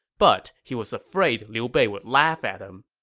but he was afraid liu bei would laugh at him.